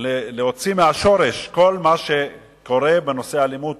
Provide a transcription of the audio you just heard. לעקור מהשורש כל מה שקורה בנושא האלימות,